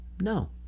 No